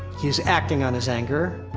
he is acting on his anger.